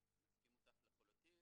מסכים איתך לחלוטין,